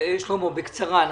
שלמה, בקצרה.